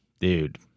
Dude